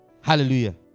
Hallelujah